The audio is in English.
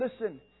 listen